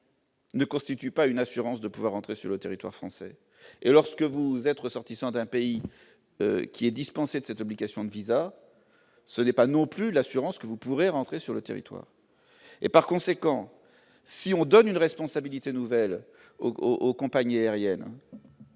Ne constitue pas une assurance de pouvoir entrer sur le territoire français et lorsque vous êtes ressortissant d'un pays qui est dispensé de cette obligation de VISA, ce n'est pas non plus l'assurance que vous pourrez rentrer sur le territoire et par conséquent, si on donne une responsabilité nouvelle aux compagnies aériennes.